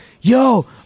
yo